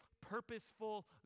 purposeful